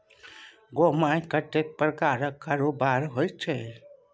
गै माय कतेक प्रकारक कारोबार होइत छै